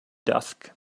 dusk